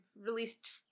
released